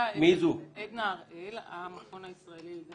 מדוע חושב היועץ המשפטי של משרד